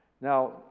Now